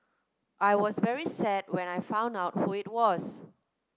I was very sad when I found out who it was